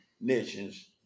nations